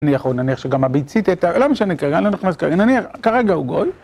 אני יכול, נניח שגם הביצית הייתה, לא משנה, כרגע לא נכנס, כרגע, נניח, כרגע הוא גול.